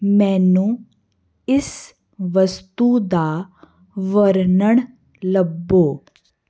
ਮੈਨੂੰ ਇਸ ਵਸਤੂ ਦਾ ਵਰਣਨ ਲੱਭੋ